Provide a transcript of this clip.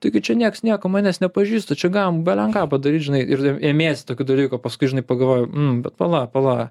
taigi čia nieks nieko manęs nepažįsta čia galima belenką padaryt žinai ir ėmėsi tokių dalykųo paskui žinai pagalvoji nu bet pala pala